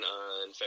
on